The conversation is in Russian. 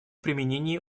применении